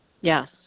yes